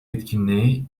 etkinliği